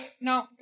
No